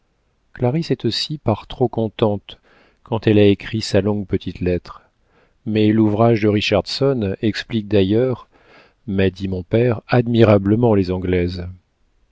est aussi par trop contente quand elle a écrit sa longue petite lettre mais l'ouvrage de richardson explique d'ailleurs m'a dit mon père admirablement les anglaises